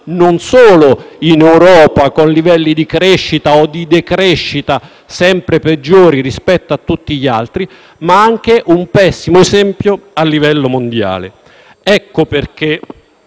di coda in Europa, con livelli di crescita o decrescita sempre peggiori rispetto a tutti gli altri, ma anche un pessimo esempio a livello mondiale. Per